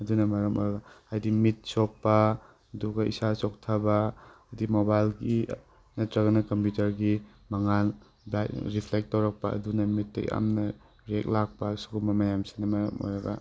ꯑꯗꯨꯅ ꯃꯔꯝ ꯑꯣꯏꯔꯒ ꯍꯥꯏꯕꯗꯤ ꯃꯤꯠ ꯁꯣꯛꯄꯥ ꯑꯗꯨꯒ ꯏꯁꯥ ꯆꯣꯛꯊꯕ ꯍꯥꯏꯕꯗꯤ ꯃꯣꯕꯥꯏꯜꯒꯤ ꯅꯠꯇꯔꯒꯅ ꯀꯝꯄꯨꯇꯔꯒꯤ ꯃꯉꯥꯜ ꯔꯤꯐ꯭ꯂꯦꯛ ꯇꯧꯔꯛꯄ ꯑꯗꯨꯅ ꯃꯤꯠꯇ ꯌꯥꯝꯅ ꯔꯤꯑꯦꯛ ꯂꯥꯛꯄ ꯑꯁꯤꯒꯨꯝꯕ ꯃꯌꯥꯝꯁꯤꯅ ꯃꯔꯝ ꯑꯣꯏꯔꯒ